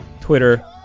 Twitter